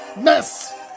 mess